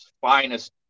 finest